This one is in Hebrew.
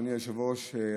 אדוני היושב-ראש,